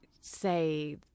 say